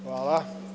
Hvala.